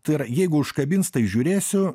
tai yra jeigu užkabins tai žiūrėsiu